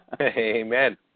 Amen